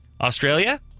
Australia